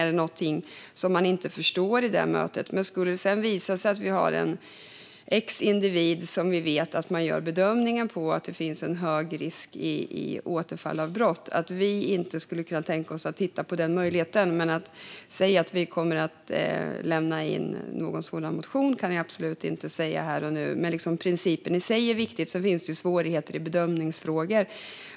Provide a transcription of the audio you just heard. Är det någonting som man inte förstår i det mötet? Skulle det visa sig att vi har en individ som vi vet bedöms löpa hög risk för att återfalla i brott skulle vi kunna tänka oss att titta på den möjligheten, men jag kan absolut inte säga här och nu att vi kommer att lämna in någon sådan motion. Principen i sig är viktig; sedan finns det svårigheter i bedömningsfrågor.